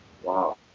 Wow